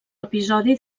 episodi